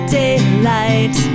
daylight